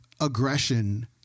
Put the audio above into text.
aggression